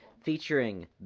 Featuring